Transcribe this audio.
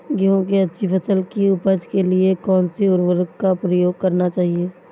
गेहूँ की अच्छी फसल की उपज के लिए कौनसी उर्वरक का प्रयोग करना चाहिए?